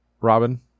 robin